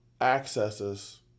accesses